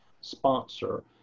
sponsor